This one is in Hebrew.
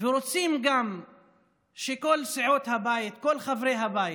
ורוצים גם שכל סיעות הבית, כל חברי הבית,